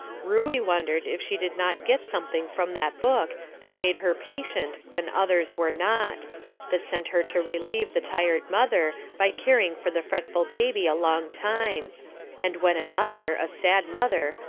ruey wondered if she did not get something from that book that made her patient when others were not that sent her to relieve the tired mother, by caring for the fretful baby a long time and when another, a sad mother,